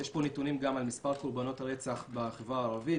יש פה נתונים גם על מספר קורבנות הרצח בחברה הערבית.